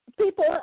people